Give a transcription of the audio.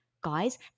guys